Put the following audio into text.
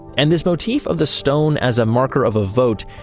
and this motif of the stone as a marker of a vote,